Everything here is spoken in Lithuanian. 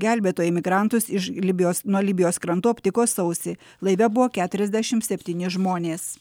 gelbėtojai imigrantus iš libijos nuo libijos krantų aptiko sausį laive buvo keturiasdešimt septyni žmonės